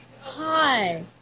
Hi